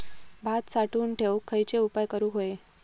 भात साठवून ठेवूक खयचे उपाय करूक व्हये?